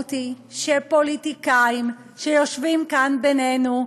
המשמעות היא שפוליטיקאים שיושבים כאן בינינו,